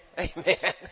amen